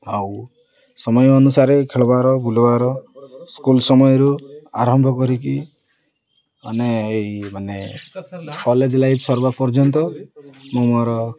ଆଉ ସମୟ ଅନୁସାରେ ଖେଳିବାର ବୁଲବାର ସ୍କୁଲ୍ ସମୟରୁ ଆରମ୍ଭ କରିକି ମାନେ ଏଇ ମାନେ କଲେଜ୍ ଲାଇଫ୍ ସରିବା ପର୍ଯ୍ୟନ୍ତ ମୁଁ ମୋର